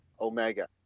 Omega